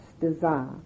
desire